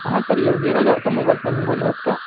हां सर योगीराज ऑटोमोबाईल्समधून बोलत आहात का